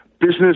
business